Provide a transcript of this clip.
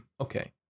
okay